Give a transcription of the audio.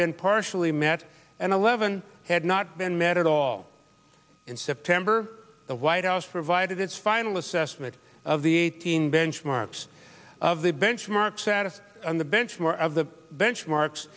been partially met and eleven had not been met at all in september the white house provided its final assessment of the eighteen benchmarks of the benchmarks out of the bench more of the benchmark